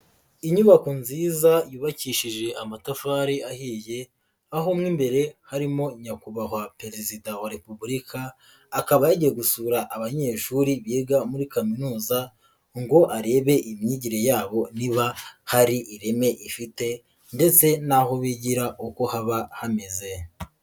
Inyubako nziza yubakishije amatafari ahiye, aho mo imbere harimo Nyakubahwa Perezida wa Repubulika, akaba yagiye gusura abanyeshuri biga muri kaminuza ngo arebe imyigire yabo niba hari ireme ifite, ndetse n'aho bigira uko haba hameze.